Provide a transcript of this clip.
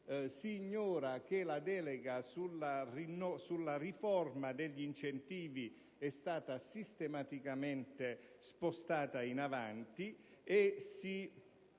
si ignora che la delega sulla riforma degli incentivi è stata sistematicamente spostata in avanti e si